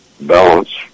balance